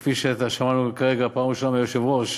וכפי ששמענו כרגע בפעם הראשונה מהיושב-ראש,